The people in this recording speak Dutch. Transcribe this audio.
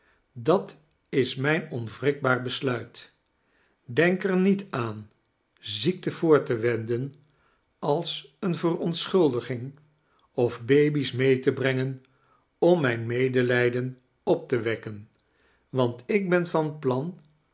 dat is mijn onwrikbaar besluit denk er niet aan ziekte voor te wenden als eene verontschuldaging of babies mee te brengen om mijn medelijden op te wekken want ik ben van plan